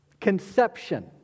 conception